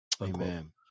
amen